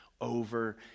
over